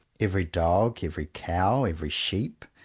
every dog, every cow, every sheep,